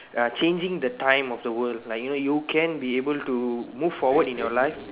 uh changing the time of the world like you know you can be able to move forward in your life